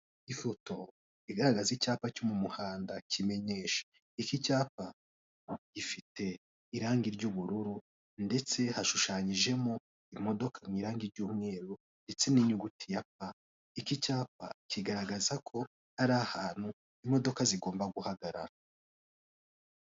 Ifoto igaragaza icyapa cyo mu muhanda kimenyesha, iki cyapa gifite irangi ry'ubururu ndetse hashushanyijemo imodoka mu irangi ry'umweru ndetse n'inyuguti ya p iki cyapa kigaragaza ko ari ahantu imodoka zigomba guhagarara.